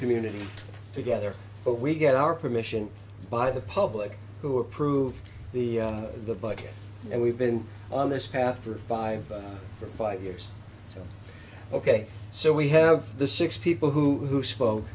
community together but we get our permission by the public who approved the the budget and we've been on this path for five or five years so ok so we have the six people who who spoke